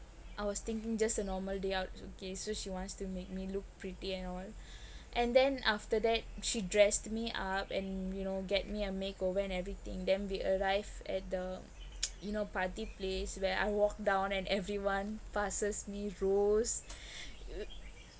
I was thinking just a normal day out okay so she wants to make me look pretty and all and then after that she dressed me up and you know get me a makeover and everything then we arrive at the you know party place where I walk down and everyone passes me rose